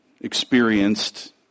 experienced